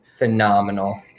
Phenomenal